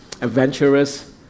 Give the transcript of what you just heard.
adventurous